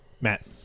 Matt